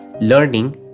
Learning